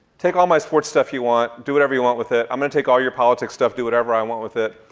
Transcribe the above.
take all my sports stuff you want, do whatever you want with it. i'm gonna take all your politics stuff, do whatever i want with it.